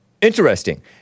interesting